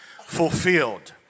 fulfilled